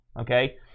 Okay